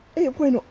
it went